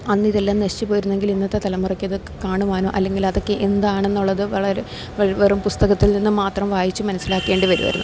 അന്നിതെല്ലാം നശിച്ച് പോയിരുന്നെങ്കിൽ ഇന്നത്തെ തലമുറക്കിത് കാണുവാനോ അല്ലെങ്കിൽ അതൊക്കെ എന്താണെന്നുള്ളത് വളരെ വ വെറും പുസ്തകത്തിൽ നിന്ന് മാത്രം വായിച്ച് മനസ്സിലാക്കേണ്ടി വരുവായിരുന്നു